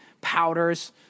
powders